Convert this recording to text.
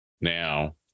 now